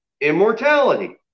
immortality